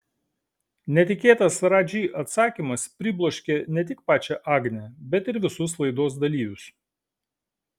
netikėtas radži atsakymas pribloškė ne tik pačią agnę bet ir visus laidos dalyvius